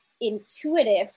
intuitive